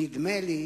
נדמה לי